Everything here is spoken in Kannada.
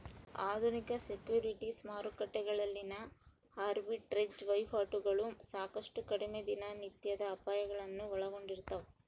ಆಧುನಿಕ ಸೆಕ್ಯುರಿಟೀಸ್ ಮಾರುಕಟ್ಟೆಗಳಲ್ಲಿನ ಆರ್ಬಿಟ್ರೇಜ್ ವಹಿವಾಟುಗಳು ಸಾಕಷ್ಟು ಕಡಿಮೆ ದಿನನಿತ್ಯದ ಅಪಾಯಗಳನ್ನು ಒಳಗೊಂಡಿರ್ತವ